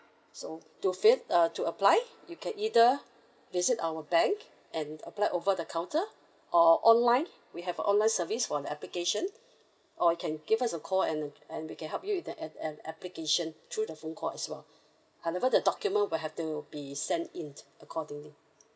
so to fill uh to apply you can either visit our bank and apply over the counter or online we have a online service for the application or you can give us a call and and we can help you with that an an application through the phone call as well however the document will have to be sent in accordingly